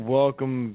welcome